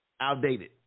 outdated